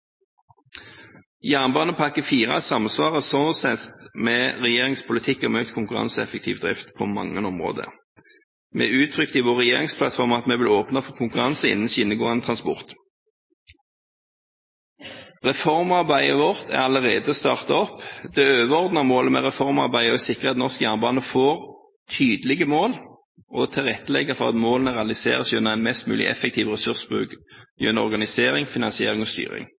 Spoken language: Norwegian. Jernbanepakke IV samsvarer sånn sett med regjeringens politikk, med økt konkurranseeffektiv drift på mange områder. Vi uttrykte i vår regjeringsplattform at vi vil åpne for konkurranse innen skinnegående transport. Reformarbeidet vårt er allerede startet opp. Det overordnede målet med reformarbeidet er å sikre at norsk jernbane får tydelige mål og å tilrettelegge for at målene realiseres gjennom en mest mulig effektiv ressursbruk gjennom organisering, finansiering og styring.